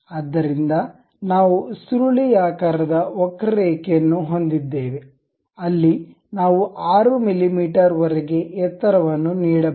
ಆದ್ದರಿಂದ ನಾವು ಸುರುಳಿ ಯಾಕಾರದ ವಕ್ರರೇಖೆಯನ್ನು ಹೊಂದಿದ್ದೇವೆ ಅಲ್ಲಿ ನಾವು 6 ಮಿಮೀ ವರೆಗೆ ಎತ್ತರವನ್ನು ನೀಡಬಹುದು